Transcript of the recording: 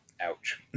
ouch